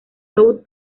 south